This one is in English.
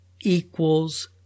equals